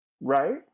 Right